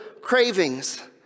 cravings